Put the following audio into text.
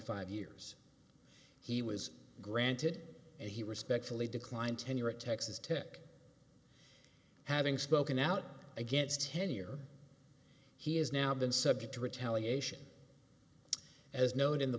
five years he was granted and he respectfully declined tenure at texas tech having spoken out against tenure he has now been subject to retaliation as noted in the